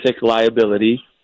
liability